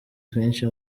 twinshi